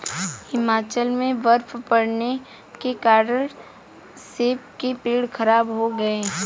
हिमाचल में बर्फ़ पड़ने के कारण सेब के पेड़ खराब हो गए